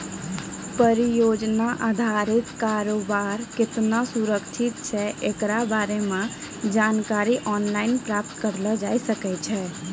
परियोजना अधारित कारोबार केतना सुरक्षित छै एकरा बारे मे जानकारी आनलाइन प्राप्त करलो जाय सकै छै